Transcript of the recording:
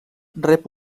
rep